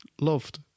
loved